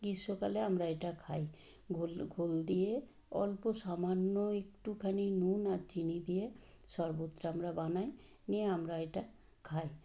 গীষ্মকালে আমরা এটা খাই ঘোল ঘোল দিয়ে অল্প সামান্য একটুখানি নুন আর চিনি দিয়ে শরবতটা আমরা বানাই নিয়ে আমরা এটা খাই